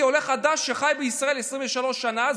כעולה חדש שחי בישראל 23 שנה,